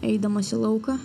eidamas į lauką